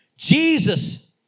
Jesus